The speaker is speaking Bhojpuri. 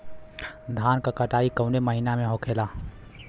धान क कटाई कवने महीना में होखेला?